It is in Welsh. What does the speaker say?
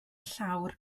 llawr